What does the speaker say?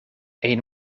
een